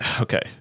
okay